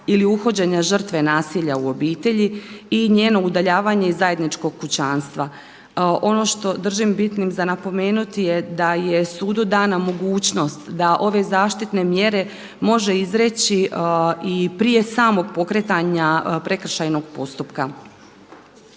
ili uhođenje žrtve nasilja u obitelji i njeno udaljavanje iz zajedničkog kućanstva. Ono što držim bitnim za napomenuti je da je sudu dana mogućnost da ove zaštitne mjere može izreći i prije samog pokretanja prekršajnog postupka,